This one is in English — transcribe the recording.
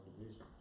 division